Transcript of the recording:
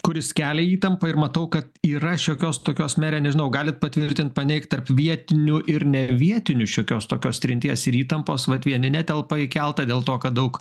kuris kelia įtampą ir matau kad yra šiokios tokios mere nežinau galit patvirtint paneigt tarp vietinių ir ne vietinių šiokios tokios trinties ir įtampos vat vieni netelpa į keltą dėl to kad daug